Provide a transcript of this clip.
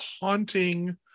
haunting